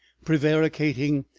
prevaricating,